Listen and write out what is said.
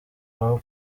aho